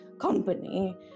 company